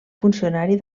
funcionari